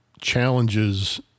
challenges